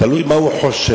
תלוי מה הוא חושב.